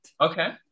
Okay